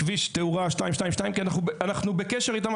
כביש תאורה 222. אנחנו בקשר איתם.